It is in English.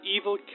evil